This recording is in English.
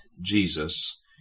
Jesus